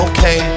Okay